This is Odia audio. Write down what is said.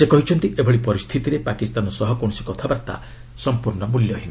ସେ କହିଛନ୍ତି ଏଭଳି ପରିସ୍ଥିତିରେ ପାକିସ୍ତାନ ସହ କୌଣସି କଥାବାର୍ତ୍ତା ମୂଲ୍ୟହୀନ